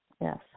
yes